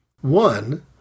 one